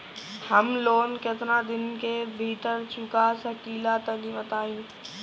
हम लोन केतना दिन के भीतर चुका सकिला तनि बताईं?